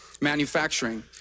manufacturing